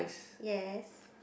yes